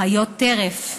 חיות טרף.